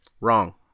Wrong